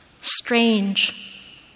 Strange